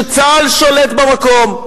שצה"ל שולט במקום.